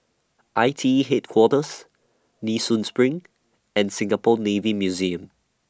I T E Headquarters Nee Soon SPRING and Singapore Navy Museum